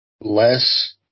less